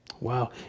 Wow